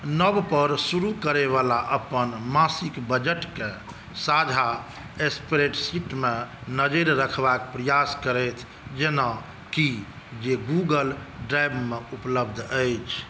नव पर शुरु करै बला अपन मासिक बजटके साझा स्प्रेडशीटमे नजरि रखबाक प्रयास करथि जेनाकि जे गूगल ड्राइवमे उपलब्ध अछि